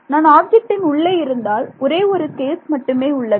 நான் ஆப்ஜெக்டின் உள்ளே இருந்தால் ஒரே ஒரு கேஸ் மட்டும் உள்ளது